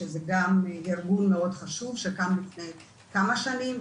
שזה גם ארגון מאוד חשוב שקם לפני כמה שנים.